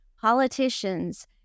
politicians